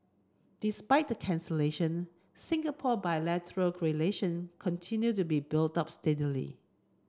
despite the cancellation Singapore bilateral relation continued to be built up steadily